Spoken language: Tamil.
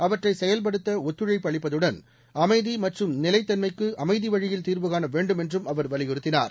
அவற்றை செயல்படுத்த ஒத்துழைப்பு அளிப்பதுடன் அமைதி மற்றும் நிலைத்தன்மைக்கு அமைதி வழியில் தீர்வு காண வேண்டும் என்றும் அவர் வலியுறுத்தினார்